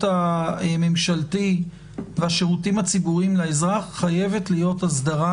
הממשלתי והשירותים הציבוריים לאזרח חייבת להיות הסדרה